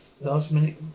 Last-minute